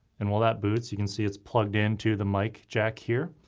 and while that boots, you can see it's plugged into the mic jack here.